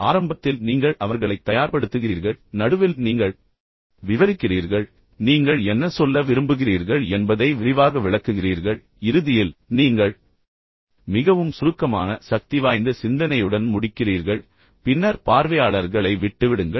எனவே ஆரம்பத்தில் நீங்கள் அவர்களைத் தயார்படுத்துகிறீர்கள் நடுவில் நீங்கள் விவரிக்கிறீர்கள் அவர்களுக்கு விளக்குகிறீர்கள் நீங்கள் என்ன சொல்ல விரும்புகிறீர்கள் என்பதை விரிவாக விளக்குகிறீர்கள் இறுதியில் நீங்கள் மிகவும் சுருக்கமான சக்திவாய்ந்த சிந்தனையுடன் முடிக்கிறீர்கள் பின்னர் பார்வையாளர்களை விட்டு விடுங்கள்